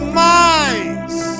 minds